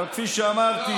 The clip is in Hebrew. אבל כפי שאמרתי,